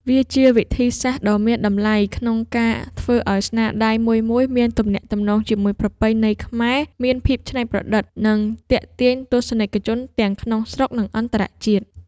វាជាវិធីសាស្រ្តដ៏មានតម្លៃក្នុងការធ្វើឲ្យស្នាដៃមួយៗមានទំនាក់ទំនងជាមួយប្រពៃណីខ្មែរ មានភាពច្នៃប្រឌិត និងទាក់ទាញទស្សនិកជនទាំងក្នុងស្រុក និងអន្តរជាតិ។